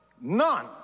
none